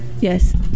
Yes